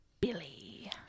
Billy